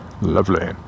lovely